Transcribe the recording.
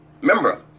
Remember